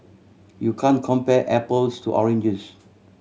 you can compare apples to oranges